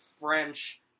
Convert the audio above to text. French